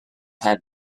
had